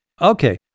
Okay